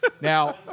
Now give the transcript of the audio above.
Now